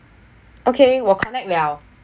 okay 我 connect liao